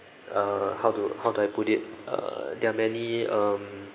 uh how do how do I put it uh there are many um